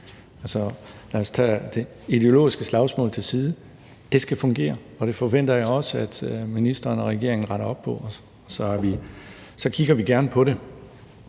lad os lægge det ideologiske slagsmål til side, for det skal fungere, og det forventer jeg også at ministeren og regeringen retter op på, og så kigger vi gerne på det.